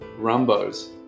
Rumbos